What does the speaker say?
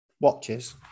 watches